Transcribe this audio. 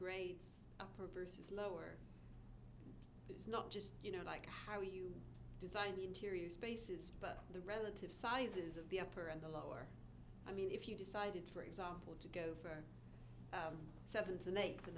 grades versus lower is not just you know like how you design interior spaces but the relative sizes of the upper and the lower i mean if you decided for example to go for seventh and eighth